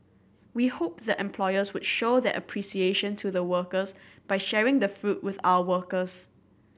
we hope the employers would show their appreciation to the workers by sharing the fruit with our workers